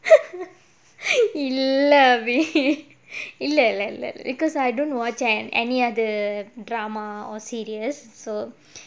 erby இல்ல:illa abi because I don't watch any other drama or serials so